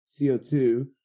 CO2